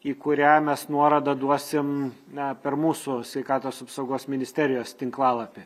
į kurią mes nuorodą duosim na per mūsų sveikatos apsaugos ministerijos tinklalapį